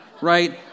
right